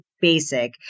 basic